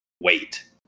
wait